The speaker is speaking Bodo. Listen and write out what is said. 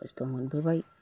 खस्थ' मोनबोबाय